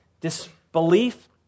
disbelief